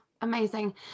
amazing